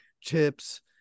chips